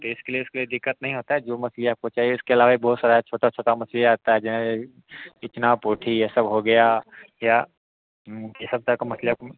तो इसके लिए इसको कोई दिक्कत नहीं होता है जो मछली आपको चाहिए इसके आलावा भी बहुत सारा छोटा छोटा मछली आता है ये सब हो गया ये सब टाइप का मछली आपको